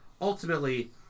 ultimately